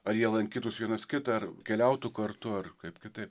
ar jie lankytųs vienas kitą ar keliautų kartu ar kaip kitaip